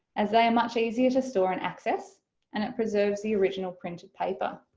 as they are much easier to store and access and it preserves the original printed paper.